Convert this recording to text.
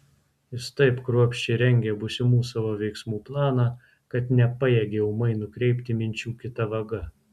jis taip kruopščiai rengė būsimų savo veiksmų planą kad nepajėgė ūmai nukreipti minčių kita vaga